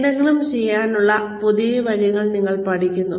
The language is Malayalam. എന്തെങ്കിലും ചെയ്യാനുള്ള പുതിയ വഴികൾ നിങ്ങൾ പഠിക്കുന്നു